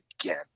again